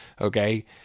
okay